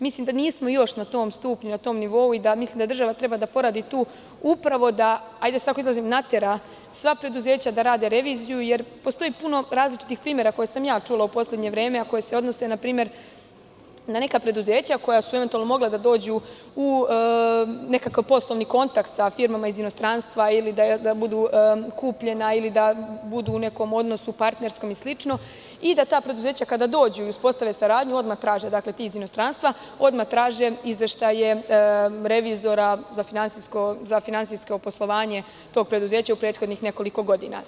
Mislim da nismo još na tom stupnju, na tom nivou i da država treba da poradi i da natera sva preduzeća da rade reviziju, jer postoji puno različitih primera za koje sam čula u poslednje vreme a koji se odnose na neka preduzeća koja su eventualno mogla da dođu u neki poslovni kontakt sa firmama iz inostranstva ili da budu kupljena ili da budu u nekom partnerskom ili sličnom odnosu i da ta preduzeća kada dođu i uspostave saradnju, odmah traže izveštaje revizora za finansijsko poslovanje tog preduzeća u prethodnih nekoliko godina.